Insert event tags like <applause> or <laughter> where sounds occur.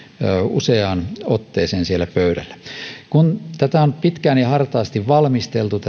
useaan otteeseen siellä pöydällä kun tätä esitystä on pitkään ja hartaasti valmisteltu <unintelligible>